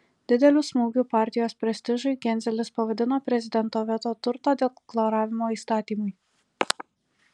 dideliu smūgiu partijos prestižui genzelis pavadino prezidento veto turto deklaravimo įstatymui